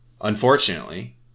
Unfortunately